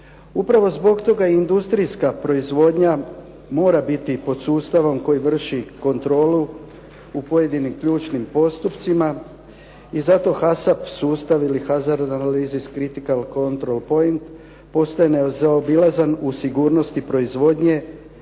Upravo zbog toga industrijska proizvodnja mora biti pod sustavom koji vrši kontrolu u pojedinim ključnim postupcima i zato HASAP sustav ili Hazard Analysis Critical Control Point postaje nezaobilazan u sigurnosti proizvodnje,